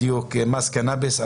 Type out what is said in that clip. בדיוק, מס קנאביס.